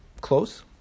Close